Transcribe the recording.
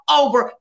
over